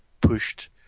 pushed